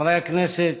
חברי הכנסת,